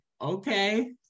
okay